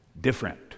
different